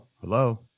Hello